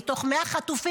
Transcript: מתוך 100 חטופים,